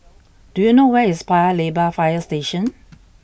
do you know where is Paya Lebar Fire Station